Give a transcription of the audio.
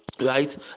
right